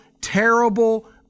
terrible